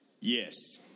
Yes